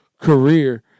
career